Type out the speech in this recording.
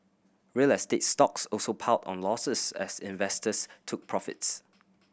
real estate stocks also piled on losses as investors took profits